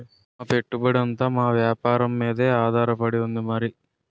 మా పెట్టుబడంతా మా వేపారం మీదే ఆధారపడి ఉంది మరి